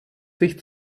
sich